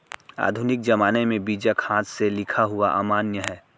आधुनिक ज़माने में बीजक हाथ से लिखा हुआ अमान्य है